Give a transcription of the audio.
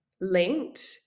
linked